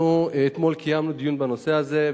אנחנו אתמול קיימנו דיון בנושא הזה,